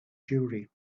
jury